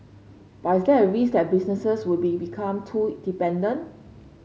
but is there a risk that businesses would become too dependent